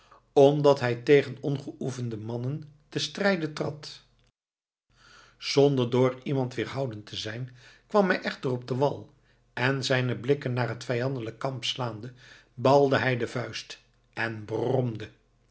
omdat hij tegen ongeoefende mannen te strijden had zonder door iemand weerhouden te zijn kwam hij echter op den wal en zijne blikken naar het vijandelijk kamp slaande balde hij de vuist en bromde